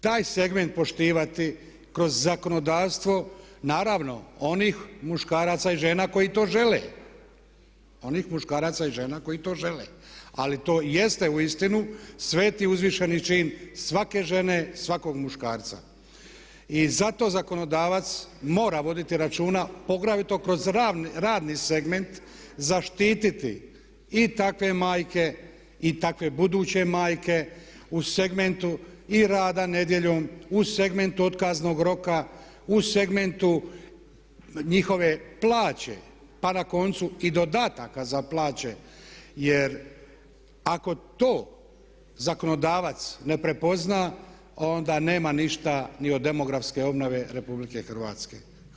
Taj segment poštivati kroz zakonodavstvo naravno onih muškaraca i žena koji to žele, onih muškaraca i žene koji to žele ali to i jeste uistinu sveti uzvišeni čin svake žene, svakog muškarca i zato zakonodavac mora voditi računa poglavito kroz radni segment, zaštiti i takve majke i takve buduće majke u segmentu i rada nedjeljom, u segmentu otkaznog roka, u segmentu njihove plaće pa na koncu i dodataka za plaće jer ako to zakonodavac ne prepozna onda nema ništa ni od demografske obnove RH.